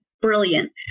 brilliant